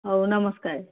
ହଉ ନମସ୍କାର